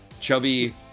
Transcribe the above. chubby